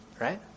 right